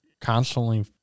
constantly